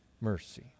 mercy